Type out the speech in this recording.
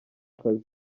kazi